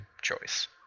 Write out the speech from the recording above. choice